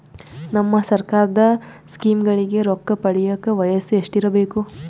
ನಮ್ಮ ಸರ್ಕಾರದ ಸ್ಕೀಮ್ಗಳಿಂದ ರೊಕ್ಕ ಪಡಿಯಕ ವಯಸ್ಸು ಎಷ್ಟಿರಬೇಕು?